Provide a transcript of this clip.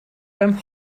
beim